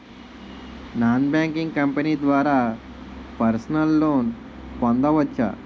Non banking company ద్వారా personal loan పొందవచ్చా?